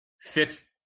fifth